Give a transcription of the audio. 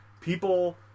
people